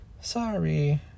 Sorry